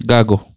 Gago